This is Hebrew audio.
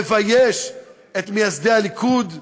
מבייש את מייסדי הליכוד,